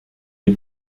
les